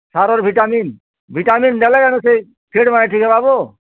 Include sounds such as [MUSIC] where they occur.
ସାରର୍ vitamin vitamin ଦେଲେ କାନ ସେ [UNINTELLIGIBLE]